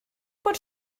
bod